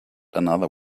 another